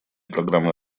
программы